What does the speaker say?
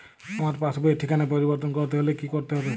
আমার পাসবই র ঠিকানা পরিবর্তন করতে হলে কী করতে হবে?